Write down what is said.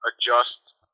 adjust